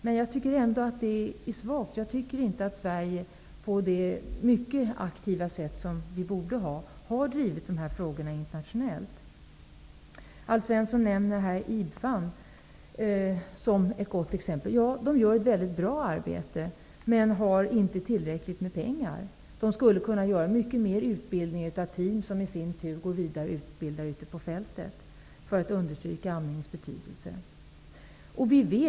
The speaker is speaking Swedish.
Men jag tycker ändå att det är svagt. Jag tycker inte att vi i Sverige på det mycket aktiva sätt som vi borde har drivit dessa frågor internationellt. Alf Svensson nämnde IBFAN som ett gott exempel. IBFAN gör ett mycket bra arbete men har inte tillräckligt med pengar. IBFAN skulle kunna göra mycket mer, t.ex. utbildning av team, som i sin tur går vidare och utbildar ute på fältet för att understryka amningens betydelse.